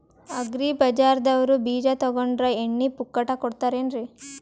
Agri ಬಜಾರದವ್ರು ಬೀಜ ತೊಗೊಂಡ್ರ ಎಣ್ಣಿ ಪುಕ್ಕಟ ಕೋಡತಾರೆನ್ರಿ?